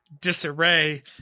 disarray